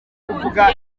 kuvuga